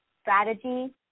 strategy